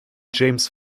james